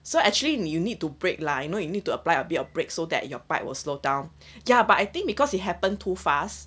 so actually you need to brake lah you know you need to apply a bit of brake so that your bike will slow down ya but I think because it happen too fast